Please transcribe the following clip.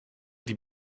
die